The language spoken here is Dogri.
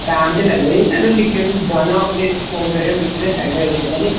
टैम ते लगदा निं दिक्खेओ तुस जाना होग ते फोन करेओ दिखगे बैह्ले होगे ते चलगे